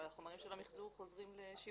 החומרים של המחזור חוזרים לשימוש.